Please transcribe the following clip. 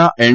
ના એન